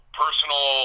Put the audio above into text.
personal